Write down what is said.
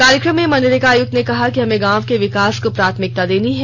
कार्यक्रम में मनरेगा आयुक्त ने कहा कि हमें गांव के विकास को प्राथमिकता देनी है